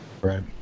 Right